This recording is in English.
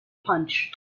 punch